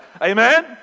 amen